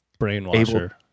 Brainwasher